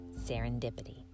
Serendipity